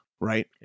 Right